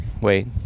Wait